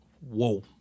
Whoa